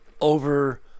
over